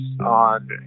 on